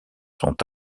sont